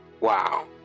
Wow